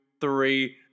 three